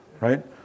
Right